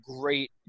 great